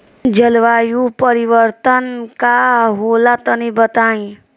जलवायु परिवर्तन का होला तनी बताई?